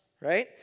right